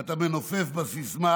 אתה מנופף בסיסמה: